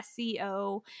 SEO